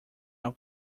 i’ll